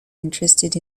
interested